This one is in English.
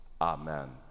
Amen